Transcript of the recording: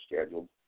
scheduled